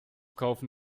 kaufen